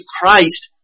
Christ